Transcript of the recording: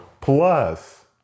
Plus